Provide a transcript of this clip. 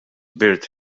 birth